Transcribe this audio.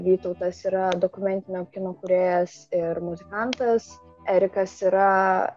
vytautas yra dokumentinio kino kūrėjas ir muzikantas erikas yra